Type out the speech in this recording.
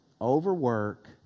overwork